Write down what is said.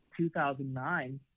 2009